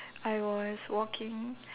I was walking